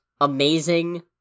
amazing